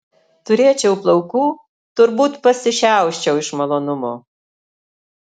turėčiau plaukų turbūt pasišiauščiau iš malonumo